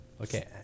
okay